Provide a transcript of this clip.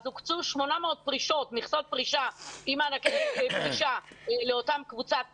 אז הוקצו 800 מכסות פרישה עם מענקי פרישה לאותה קבוצת סיכון.